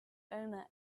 owner